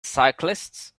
cyclists